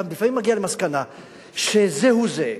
אתה לפעמים מגיע למסקנה שזהו זה,